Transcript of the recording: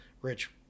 rich –